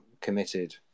committed